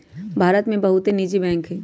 भारत में बहुते निजी बैंक हइ